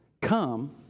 come